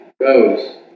goes